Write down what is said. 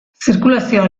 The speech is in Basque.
zirkulazioa